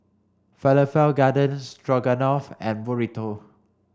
Falafel Garden Stroganoff and Burrito